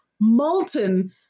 molten